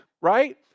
right